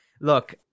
Look